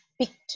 picked